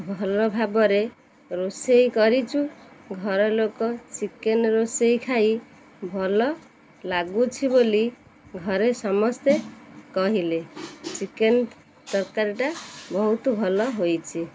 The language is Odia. ଭଲ ଭାବରେ ରୋଷେଇ କରିଛୁ ଘର ଲୋକ ଚିକେନ୍ ରୋଷେଇ ଖାଇ ଭଲ ଲାଗୁଛି ବୋଲି ଘରେ ସମସ୍ତେ କହିଲେ ଚିକେନ୍ ତରକାରୀଟା ବହୁତ ଭଲ ହୋଇଛି